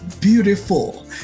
beautiful